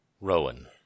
Rowan